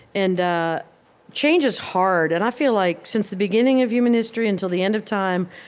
and change is hard, and i feel like, since the beginning of human history until the end of time,